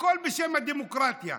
הכול בשם הדמוקרטיה.